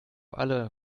alle